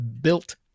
built